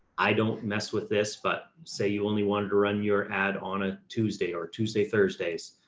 i don't mess with this, but say you only wanted to run your ad on a tuesday or tuesday, thursdays.